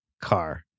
car